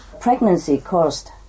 pregnancy-caused